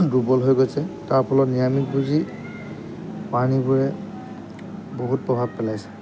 দুৰ্বল হৈ গৈছে তাৰ ফলত নিৰামিষভোজী প্ৰাণীবোৰে বহুত প্ৰভাৱ পেলাইছে